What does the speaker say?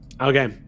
Okay